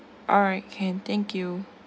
alright can thank you